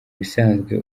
bisanzwe